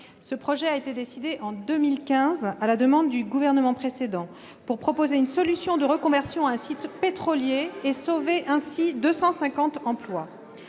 Ce projet a été décidé en 2015, à la demande du gouvernement précédent, pour mettre en place une solution de reconversion d'un site pétrolier et sauver ainsi 250 emplois.